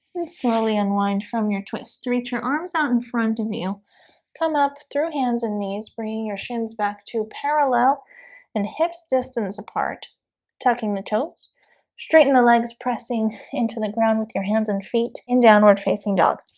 slowly unwind from your twists to reach your arms out in front of you come up through hands and knees bringing your shins back to parallel and hips distance apart tucking the toes straighten the legs pressing into the ground with your hands and feet in downward facing dog